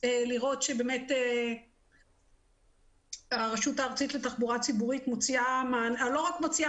לראות שבאמת הרשות הארצית לתחבורה ציבורית לא רק מוציאה